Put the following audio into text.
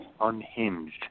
unhinged